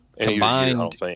Combined